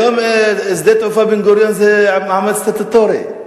היום לשדה תעופה בן-גוריון יש מעמד סטטוטורי,